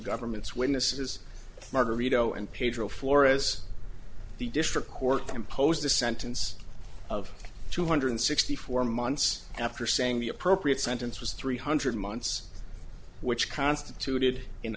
government's witnesses margarito and pedro flores the district court imposed the sentence of two hundred sixty four months after saying the appropriate sentence was three hundred months which constituted